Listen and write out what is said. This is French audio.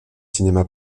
cinéma